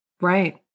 Right